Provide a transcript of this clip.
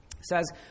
says